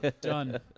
Done